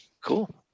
Cool